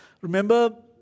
Remember